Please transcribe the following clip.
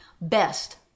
best